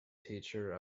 teacher